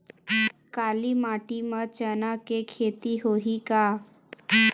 काली माटी म चना के खेती होही का?